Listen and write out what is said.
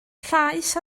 llaeth